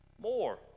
More